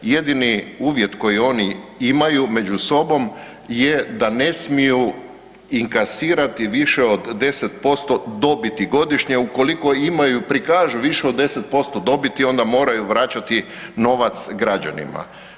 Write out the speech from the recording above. Jedini uvjet koji oni imaju među sobom je da ne smiju inkasirati više od 10% dobiti godišnje ukoliko imaju, prikažu više od 10% dobiti, onda moraju vraćati novac građanima.